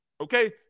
Okay